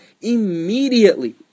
Immediately